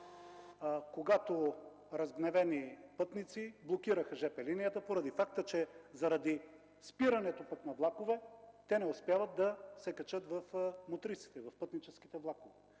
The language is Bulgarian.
когато разгневени пътници блокираха жп линията, поради фактът, че заради спирането на влакове те не успяват да се качат в пътническите влакове.